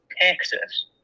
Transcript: Texas